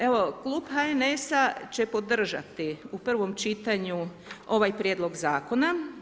Evo klub HNS-a će podržati u prvom čitanju ovaj prijedlog zakona.